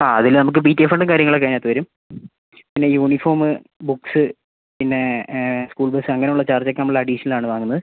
ആ അതിൽ നമുക്ക് പി ടി എ ഫണ്ടും കാര്യങ്ങളൊക്കെ അതിനകത്ത് വരും പിന്നെ യൂണിഫോമ് ബുക്ക്സ് പിന്നെ സ്കൂൾ ബസ്സ് അങ്ങനെ ഉള്ള ചാർജ് ഒക്കെ നമ്മൾ അഡീഷണൽ ആണ് വാങ്ങുന്നത്